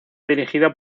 dirigido